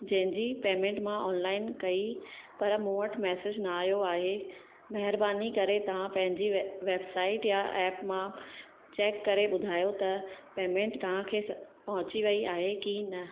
जंहिंजी पेमेंट मां ऑनलाइन कई पर मूं वटि मैसेज न आयो आहे महिरबानी करे तव्हां पंहिंजी वैब वैबसाइट या ऐप मां चैक करे ॿुधायो त पेमेंट तव्हां खे पहुची वई आहे कि न